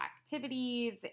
activities